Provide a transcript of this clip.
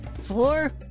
four